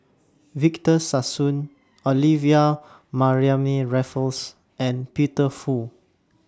Victor Sassoon Olivia Mariamne Raffles and Peter Fu